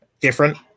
different